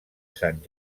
sant